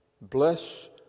Bless